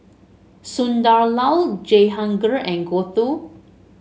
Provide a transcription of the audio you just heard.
Sunderlal Jehangirr and Gouthu